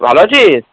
ভালো আছিস